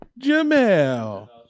Jamel